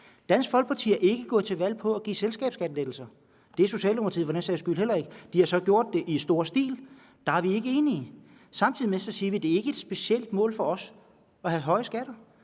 Dansk Folkeparti er ikke gået til valg på at give selskabsskattelettelser. Det er Socialdemokratiet for den sags skyld heller ikke. De har så gjort det i stor stil. Der er vi ikke enige. Samtidig siger vi, at det ikke er et specielt mål for os at have høje skatter.